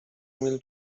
emil